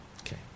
Okay